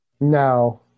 No